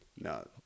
No